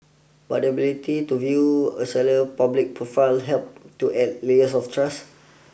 but the ability to view a seller's public profile helps to add layers of trust